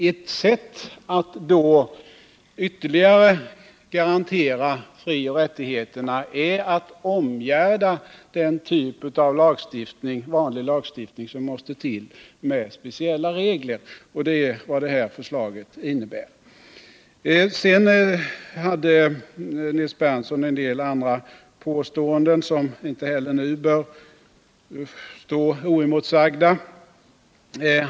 Ett sätt att ytterligare garantera frioch rättigheterna är att omgärda den typ av vanlig lagstiftning som måste till med speciella regler — och det är vad det här förslaget innebär. Sedan gjorde Nils Berndtson en del andra påståenden, som inte heller nu bör stå oemotsagda.